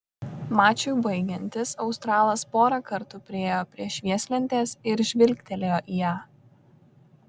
mačui baigiantis australas porą kartų priėjo prie švieslentės ir žvilgtelėjo į ją